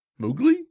Moogly